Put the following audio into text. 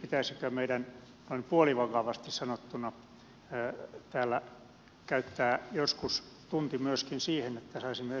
pitäisikö meidän noin puolivakavasti sanottuna täällä käyttää joskus tunti myöskin siihen että saisimme esittää kysymyksiä medialle